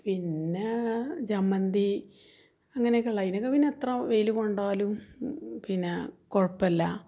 പിന്നെ ജമന്തി അങ്ങനെയൊക്കെയുള്ള അതിനൊക്കെ പിന്നെ എത്രയും വെയിൽ കൊണ്ടാലും പിന്നെ കുഴപ്പമില്ല